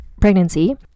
pregnancy